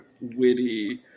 witty